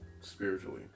spiritually